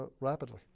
rapidly